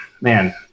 man